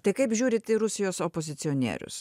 tai kaip žiūrit į rusijos opozicionierius